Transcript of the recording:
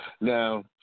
Now